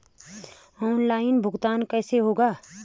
Online भुगतान कैसे होगा?